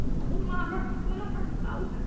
ow. mommer. mommer. ow.